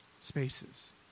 spaces